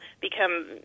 become